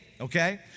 okay